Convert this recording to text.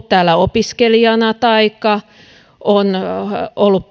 täällä opiskelijana taikka on ollut